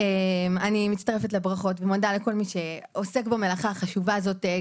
אני מצטרפת לברכות ומודה לכל מי שעוסק במלאכה החשובה הזאת.